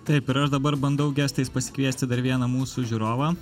taip ir aš dabar bandau gestais pasikviesti dar vieną mūsų žiūrovą